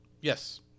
Yes